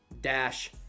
Dash